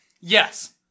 Yes